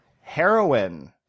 Heroin